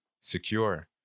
secure